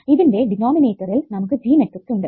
ഇതിന്റെ ഡിനോമിനേറ്ററിൽ നമുക്ക് G മെട്രിക്സ് ഉണ്ട്